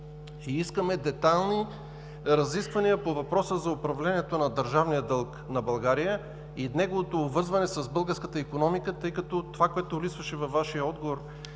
искаме детайлно разисквания по въпроса за управлението на държавния дълг на България и неговото обвързване с българската икономика, тъй като това, което липсваше във Вашия отговор,